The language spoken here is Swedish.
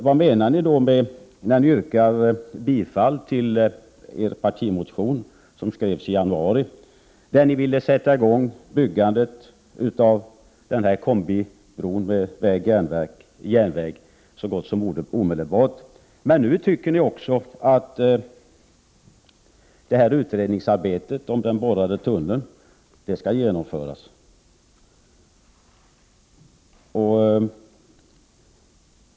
Vad menar ni då med att yrka bifall till er partimotion som skrevs i januari — med förslag om att så gott som omedelbart sätta igång byggandet av en kombibro med väg och järnväg — och nu tycka att utredningsarbetet om den borrade tunneln skall genomföras?